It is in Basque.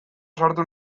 sartu